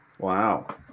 Wow